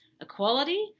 equality